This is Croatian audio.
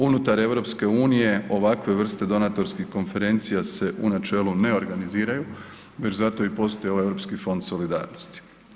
Unutar EU ovakve vrste donatorskih konferencija se u načelu ne organiziraju već zato i postoji ovaj Europski fond solidarnosti.